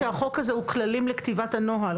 אנחנו מזכירים שהחוק הזה הוא כללים לכתיבת הנוהל.